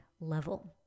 level